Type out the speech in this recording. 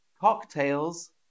cocktails